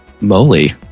moly